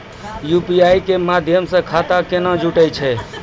UPI के माध्यम से खाता केना जुटैय छै?